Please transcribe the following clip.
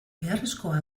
beharrezkoa